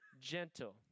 gentle